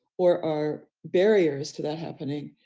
or our barriers to that happening,